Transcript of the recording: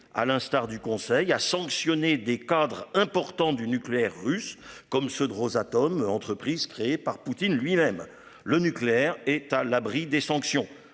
à l'instar du Conseil à sanctionner des cadres importants du nucléaire russe comme ceux de Rosatom entreprise créée par Poutine lui-même le nucléaire est à l'abri des sanctions